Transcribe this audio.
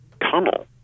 tunnel